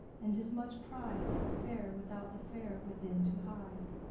and tis much pride for fair without the fair within to hide.